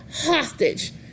hostage